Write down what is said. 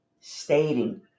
Stating